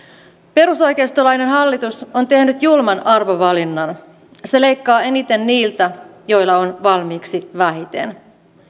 perusoikeistolainen hallitus on tehnyt julman arvovalinnan se leikkaa eniten niiltä joilla on valmiiksi vähiten